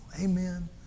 Amen